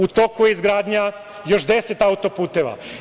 U toku je izgradnja još deset auto-puteva.